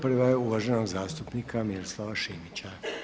Prva je uvaženog zastupnika Miroslava Šimića.